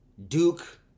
duke